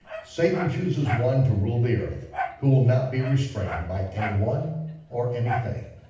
satan chooses one to rule the earth who will not be restrained by anyone or anything.